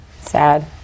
Sad